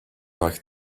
like